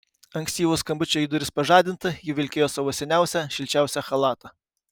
ankstyvo skambučio į duris pažadinta ji vilkėjo savo seniausią šilčiausią chalatą